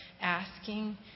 asking